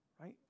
right